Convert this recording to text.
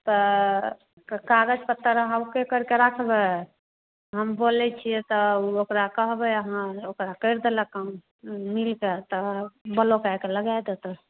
तो क काग़ज़ पत्तर वहाँ उ कै करक राखबे हम बोले छिये त उ ओकरा कहबे आहाँ ओकरा कैर दैला काम मिलते त बलौक आई क लगा देत